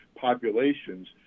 populations